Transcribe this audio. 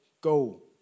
Go